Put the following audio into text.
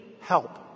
help